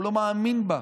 הוא לא מאמין בה.